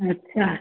अच्छा